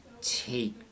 take